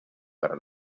para